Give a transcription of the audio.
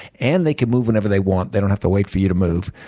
and they can move whenever they want. they don't have to wait for you to move.